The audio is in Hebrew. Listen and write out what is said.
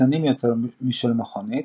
הקטנים יותר משל מכונית,